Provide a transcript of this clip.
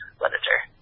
literature